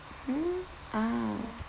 mm ah